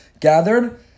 gathered